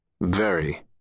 Very